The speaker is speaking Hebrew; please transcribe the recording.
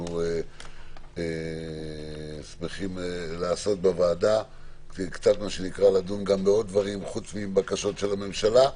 שאנחנו שמחים לעשות בוועדה וקצת לדון בעוד דברים חוץ מבקשות של הממשלה.